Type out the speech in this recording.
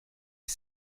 ich